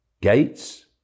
Gates